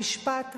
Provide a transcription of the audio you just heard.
המשפט,